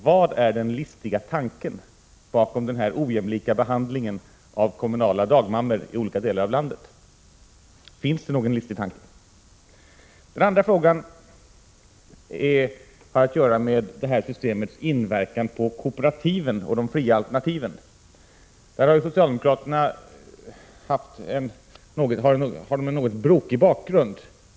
Vad är den listiga tanken bakom denna ojämlika behandling av kommunala dagmammor i olika delar av landet? Finns det någon listig tanke? I den här frågan aktualiseras också systemets inverkan på de kooperativa och de fria alternativen. Där har socialdemokraterna en något brokig bakgrund.